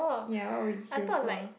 ya what would you queue for